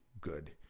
good